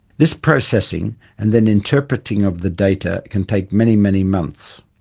this processing and then interpreting of the data can take many, many months.